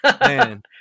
man